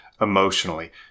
emotionally